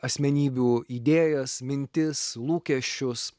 asmenybių idėjas mintis lūkesčius